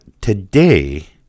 today